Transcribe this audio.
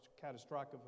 catastrophic